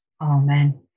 Amen